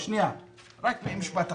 משפט אחרון.